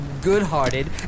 good-hearted